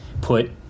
put